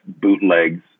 bootlegs